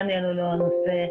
דניאל הוא לא הנושא.